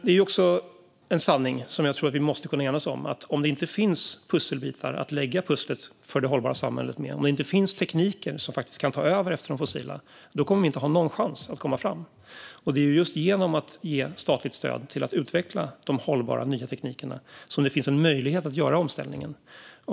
En sanning som jag tror att vi måste kunna enas om är också att om det inte finns pusselbitar att lägga pusslet för det hållbara samhället med, om det inte finns tekniker som faktiskt kan ta över efter de fossila, kommer vi inte att ha en chans att komma framåt. Det är just genom att ge statligt stöd till att utveckla de hållbara nya teknikerna som det finns en möjlighet att göra omställningen.